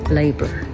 labor